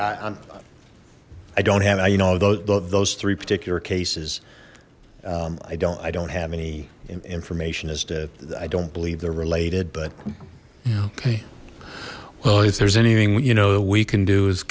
i don't have a you know those those three particular cases i don't i don't have any information as to i don't believe they're related but okay well if there's anything you know we can do